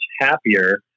happier